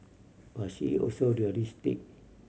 but she is also realistic